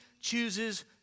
chooses